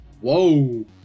Whoa